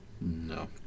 no